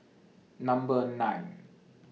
Number nine